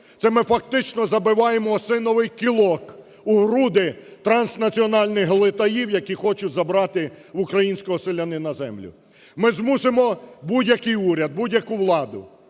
це ми, фактично, забиваємо "осиновий кілок" у груди транснаціональних глитаїв, які хочуть забрати в українського селянина землю. Ми змусимо будь-який уряд, будь-яку владу,